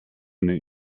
eine